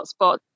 hotspots